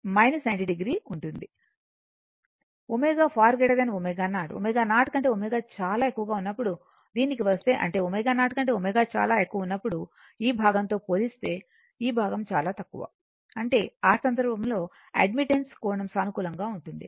ωω0 ω0 కంటే ω చాలా ఎక్కువ ఉన్నప్పుడు దీనికి వస్తే అంటే ω0 కంటే ω చాలా ఎక్కువ ఉన్నప్పుడు ఈ భాగంతో పోలిస్తే ఈ భాగం చాలా తక్కువ అంటే ఆ సందర్భంలో అడ్మిటెన్స్ కోణం సానుకూలంగా ఉంటుంది